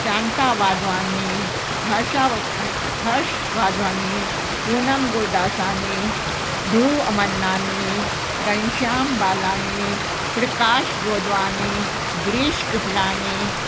Shanta Wadhwani Harsha Harsh Wadhwani Poonam Gurdasani Dhruv Amarnani Ghanshyam Balani Prakash Godwani Girish Kripalani